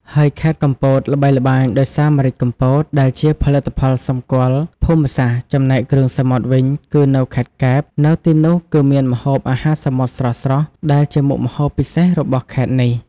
ហើយខេត្តកំពត ល្បីល្បាញដោយសារម្រេចកំពត ដែលជាផលិតផលសម្គាល់ភូមិសាស្ត្រ ចំណែកគ្រឿងសមុទ្រវិញគឺនៅខេត្តកែប នៅទីនោះគឺមានម្ហូបអាហារសមុទ្រស្រស់ៗ ដែលជាមុខម្ហូបពិសេសរបស់ខេត្តនេះ។